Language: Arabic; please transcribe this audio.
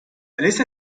أليس